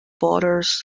borders